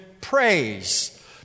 praise